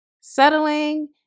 settling